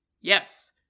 yes